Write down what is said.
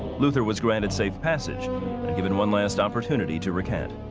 luther was granted safe passage and given one last opportunity to recant.